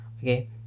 Okay